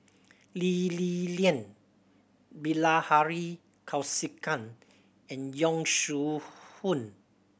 Lee Li Lian Bilahari Kausikan and Yong Shu Hoong